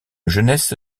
jeunesse